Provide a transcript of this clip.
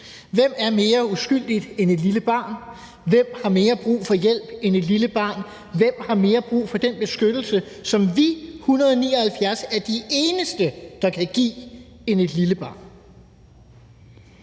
Hvem er mere uskyldig end et lille barn? Hvem har mere brug for hjælp end et lille barn? Hvem har mere brug for den beskyttelse, som vi 179 er de eneste, der kan give, end et lille barn?